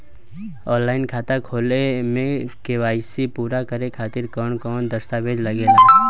Online खाता खोले में के.वाइ.सी पूरा करे खातिर कवन कवन दस्तावेज लागे ला?